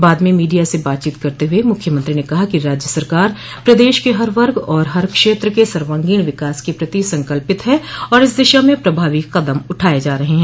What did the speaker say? बाद में मीडिया से बातचीत करते हुए मुख्यमंत्री ने कहा कि राज्य सरकार प्रदेश के हर वर्ग और हर क्षेत्र के सर्वांगीण विकास के प्रति संकल्पित है और इस दिशा में प्रभावी क़दम उठाये जा रहे हैं